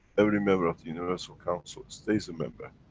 every member of the universal council stays a member.